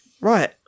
right